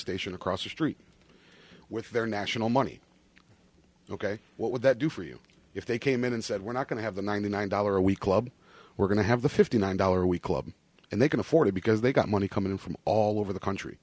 station across the street with their national money ok what would that do for you if they came in and said we're not going to have the ninety nine dollars a week love we're going to have the fifty nine dollars a week club and they can afford it because they've got money coming in from all over the country